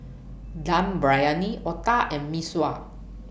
Dum Briyani Otah and Mee Sua